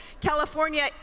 California